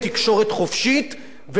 וזה לא עניין של בעלי הון,